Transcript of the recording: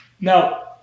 Now